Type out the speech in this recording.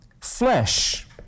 flesh